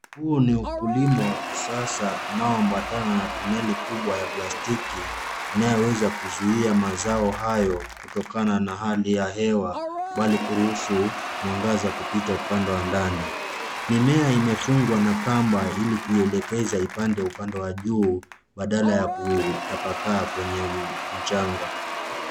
Huu ni ukulima wa kisasa unaoambatana na tuneli kubwa ya plastiki inayoweza kuzuia mazao hayo kutokana na hali ya hewa bali kuruhusu mwangaza kupita upande wa ndani. Mimea imefungwa na kamba ili kuielekeza ipande upande wa juu badala ya kutapakaa kwenye mchanga.